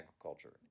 agriculture